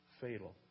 fatal